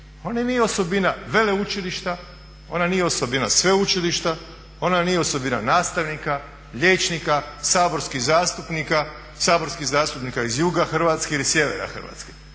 on i nije osobina veleučilišta, ona nije osobina sveučilišta, ona nije osobina nastavnika, liječnika, saborskih zastupnika, saborskih zastupnika iz juga Hrvatske ili sjevera Hrvatske.